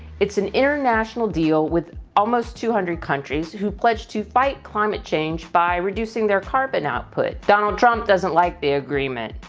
it's an international deal with almost two hundred countries who pledged to fight climate change by reducing their carbon output. donald trump doesn't like the agreement.